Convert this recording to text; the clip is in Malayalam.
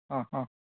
ആ ആ